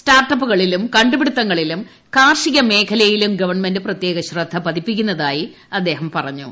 സ്റ്റാർട്ട്അപ്പുകളിലും ഇത് കണ്ടുപിടിത്തങ്ങളിലും കാർഷികമേഖലയിലും ഗവണ്മെന്റ് പ്രത്യേക ശ്രദ്ധ പതിപ്പിക്കുന്നതായി അദ്ദേഹം പറഞ്ഞു